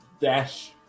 dash